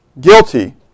Guilty